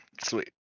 Sweet